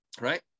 Right